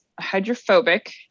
hydrophobic